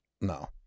no